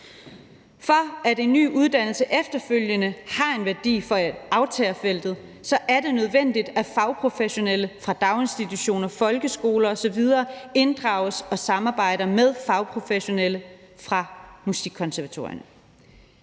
For at en ny uddannelse efterfølgende har en værdi for aftagerfeltet, er det nødvendigt, at fagprofessionelle fra daginstitutioner, folkeskoler osv. inddrages og samarbejder med fagprofessionelle fra musikkonservatorierne.